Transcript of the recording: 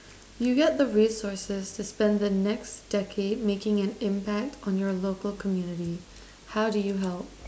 you get the resources to spend the next decade making an impact on your local community how do you help